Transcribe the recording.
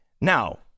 Now